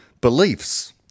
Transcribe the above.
beliefs